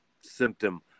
symptom